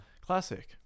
classic